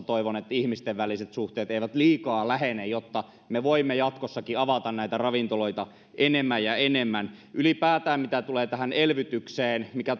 toivon että tuolla ravintolamaailmassa ihmisten väliset suhteet eivät liikaa lähene jotta me voimme jatkossakin avata näitä ravintoloita enemmän ja enemmän ylipäätään mitä tulee tähän elvytykseen minkä